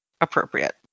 appropriate